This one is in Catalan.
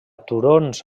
turons